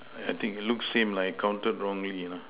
I think it looks same lah I counted wrongly uh